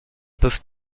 peuvent